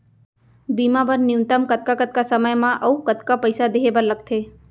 बीमा बर न्यूनतम कतका कतका समय मा अऊ कतका पइसा देहे बर लगथे